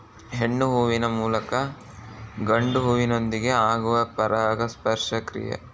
ಹೆಣ್ಣು ಹೂವಿನ ಮೂಲಕ ಗಂಡು ಹೂವಿನೊಂದಿಗೆ ಆಗುವ ಪರಾಗಸ್ಪರ್ಶ ಕ್ರಿಯೆ